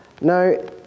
No